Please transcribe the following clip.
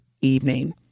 evening